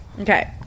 okay